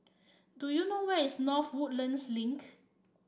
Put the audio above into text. do you know where is North Woodlands Link